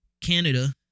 Canada